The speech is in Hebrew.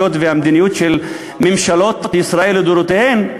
המדיניות של ממשלות ישראל לדורותיהן,